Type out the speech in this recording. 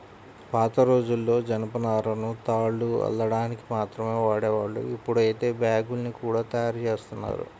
పాతరోజుల్లో జనపనారను తాళ్లు అల్లడానికి మాత్రమే వాడేవాళ్ళు, ఇప్పుడైతే బ్యాగ్గుల్ని గూడా తయ్యారుజేత్తన్నారు